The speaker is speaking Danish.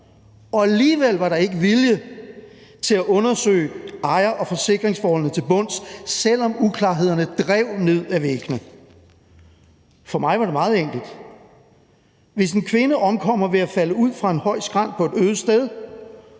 og alligevel var der ikke vilje til at undersøge ejer- og forsikringsforholdene til bunds, selv om uklarhederne drev ned ad væggene. For mig var det meget enkelt: Hvis en kvinde omkommer ved at falde ud fra en høj skrænt på et øde sted,